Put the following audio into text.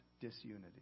disunity